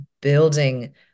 building